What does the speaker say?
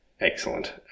excellent